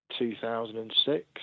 2006